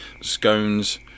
Scones